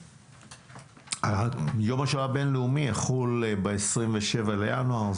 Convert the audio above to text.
יום השואה הבין-לאומי יחול ב-27 בינואר.